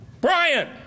Brian